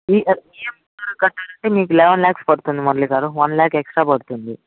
EMI EMI ద్వారా కట్టారంటే మీకు లెవెన్ ల్యాక్స్ పడుతుంది మురళి గారు వన్ ల్యాక్ ఎక్స్ట్రా పడుతుంది